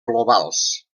globals